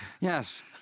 yes